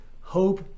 hope